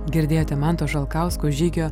girdėti manto žalkausko žygio